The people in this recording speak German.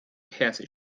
persisch